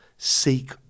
Seek